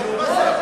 אני אומר.